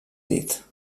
dit